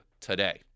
today